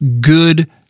good